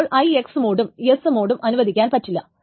അപ്പോൾ IX മോഡും s മോഡും അനുവദിക്കാൻ പറ്റില്ല